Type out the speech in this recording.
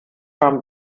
haben